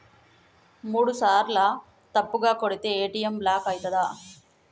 మూడుసార్ల తప్పుగా కొడితే ఏ.టి.ఎమ్ బ్లాక్ ఐతదా?